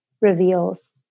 reveals